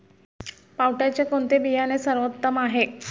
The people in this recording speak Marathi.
पावट्याचे कोणते बियाणे सर्वोत्तम आहे?